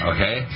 Okay